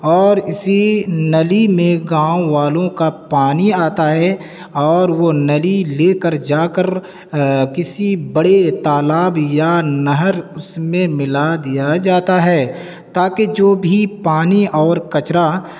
اور اسی نلی میں گاؤں والوں کا پانی آتا ہے اور وہ نلی لے کر جا کر کسی بڑے تالاب یا نہر اس میں ملا دیا جاتا ہے تاکہ جو بھی پانی اور کچرا